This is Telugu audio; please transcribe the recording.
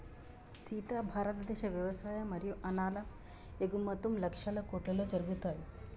సీత భారతదేశ వ్యవసాయ మరియు అనాలం ఎగుమతుం లక్షల కోట్లలో జరుగుతాయి